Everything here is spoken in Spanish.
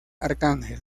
arcángel